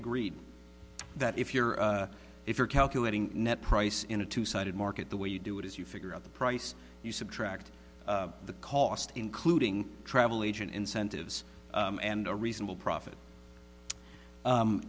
agreed that if you're if you're calculating net price in a two sided market the way you do it is you figure out the price you subtract the cost including travel agent incentives and a reasonable profit